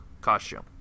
costume